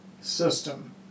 system